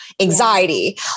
Anxiety